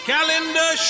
Calendar